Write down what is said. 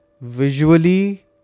visually